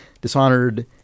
Dishonored